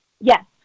Yes